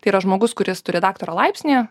tai yra žmogus kuris turi daktaro laipsnį